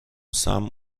sam